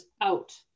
out